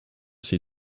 see